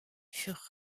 furent